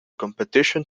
competition